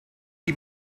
die